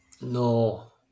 No